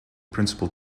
principal